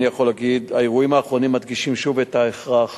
אני יכול להגיד: האירועים האחרונים מדגישים שוב את ההכרח